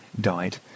died